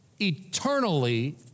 eternally